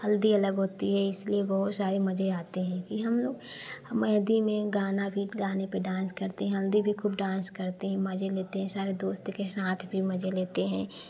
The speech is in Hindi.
हल्दी अलग होती है इसलिए बहुत सारे मज़े आते हैं कि हम लोग मेहंदी में गाना भी गाने पर डांस करते हैं हल्दी भी खूब डांस करते हैं मज़े लेते हैं सारे दोस्त के साथ भी मज़े लेते हैं